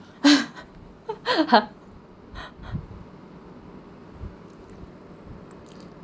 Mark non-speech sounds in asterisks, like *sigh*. *laughs*